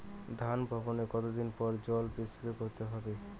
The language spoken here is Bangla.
ধান বপনের কতদিন পরে জল স্প্রে করতে হবে?